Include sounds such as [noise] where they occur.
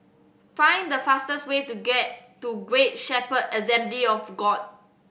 find the fastest way to [unintelligible] to Great Shepherd Assembly of God